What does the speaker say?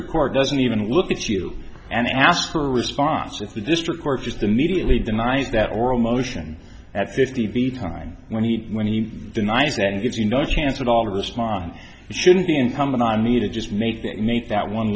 record doesn't even look at you and ask for a response if the district court just immediately denies that oral motion at fifty the time when he when he denies that it's you no chance at all to respond it shouldn't be incumbent on me to just make that make that one